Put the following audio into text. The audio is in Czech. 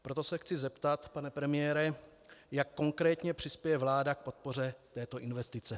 Proto se chci zeptat, pane premiére, jak konkrétně přispěje vláda k podpoře této investice.